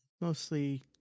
mostly